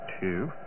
Two